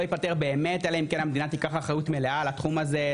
ייפתר באמת אלא אם כן המדינה תיקח אחריות מלאה על התחום הזה,